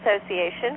association